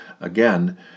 again